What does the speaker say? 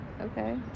Okay